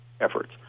efforts